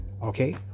Okay